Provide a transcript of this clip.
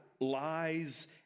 lies